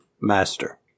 master